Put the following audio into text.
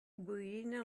boirina